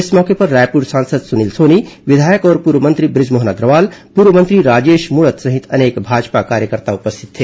इस मौके पर रायपुर सांसद सुनील सोनी विधायक और पूर्व मंत्री बृजमोहन अग्रवाल पूर्व मंत्री राजेश मूणत सहित अनेक भाजपा कार्यकर्ता उपस्थित थे